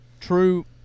true